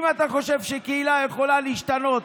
אם אתה חושב שקהילה יכולה להשתנות